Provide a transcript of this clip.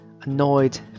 annoyed